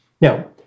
Now